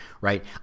right